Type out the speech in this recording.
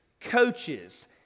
coaches